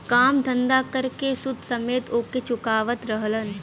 काम धंधा कर के सूद समेत ओके चुकावत रहलन